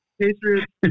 Patriots